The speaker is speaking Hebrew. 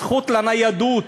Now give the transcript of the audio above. הזכות לניידות,